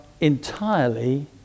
entirely